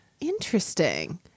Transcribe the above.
Interesting